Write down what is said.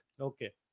Okay